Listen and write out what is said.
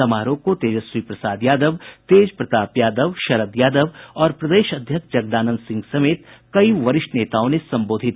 समारोह को तेजस्वी प्रसाद यादव तेजप्रताप यादव शरद यादव और प्रदेश अध्यक्ष जगदानंद सिंह समेत कई वरिष्ठ नेताओं ने संबोधित किया